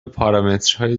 پارامترهای